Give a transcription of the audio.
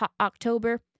October